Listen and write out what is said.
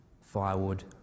firewood